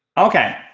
ok,